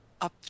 up